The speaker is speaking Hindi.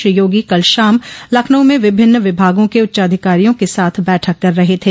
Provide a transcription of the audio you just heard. श्री योगी कल शाम लखनऊ में विभिन्न विभागों के उच्चाधिकारियों के साथ बैठक कर रहे थे